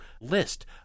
list